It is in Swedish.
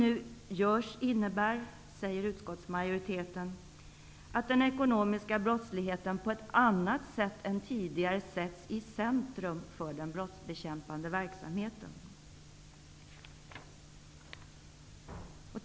Utskottsmajoriteten säger att det som nu görs innebär att den ekonomiska brottsligheten på ett annat sätt än tidigare sätts i centrum för den brottsbekämpande verksamheten.